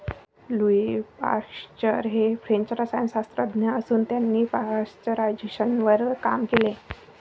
Louis Pasteur हे French रसायनशास्त्रज्ञ असून त्यांनी पाश्चरायझेशनवर काम केले